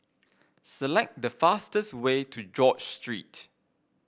select the fastest way to George Street